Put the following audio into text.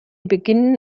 beginnen